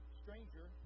stranger